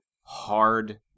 hard